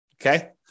okay